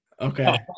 Okay